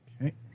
Okay